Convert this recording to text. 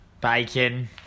bacon